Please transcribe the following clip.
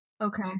Okay